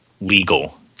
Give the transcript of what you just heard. Legal